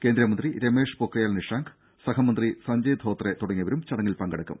കേന്ദ്രമന്ത്രി രമേഷ് പൊക്രിയാൽ നിഷാങ്ക് സഹമന്ത്രി സഞ്ജയ് ധോത്രെ തുടങ്ങിയവരും ചടങ്ങിൽ പങ്കെടുക്കും